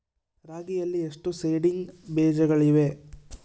ರಾಗಿಯಲ್ಲಿ ಎಷ್ಟು ಸೇಡಿಂಗ್ ಬೇಜಗಳಿವೆ?